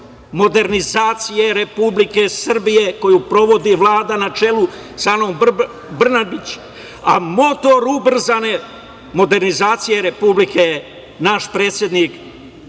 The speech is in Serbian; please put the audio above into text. modernizacije Republike Srbije koju sprovodi Vlada na čelu sa Anom Brnabić, a motor ubrzane modernizacije Republike je naš predsednik